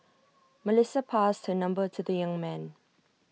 Melissa passed her number to the young man